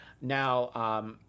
Now